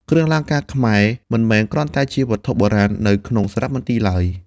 គ្រឿងអលង្ការខ្មែរមិនមែនគ្រាន់តែជាវត្ថុបុរាណនៅក្នុងសារមន្ទីរឡើយ។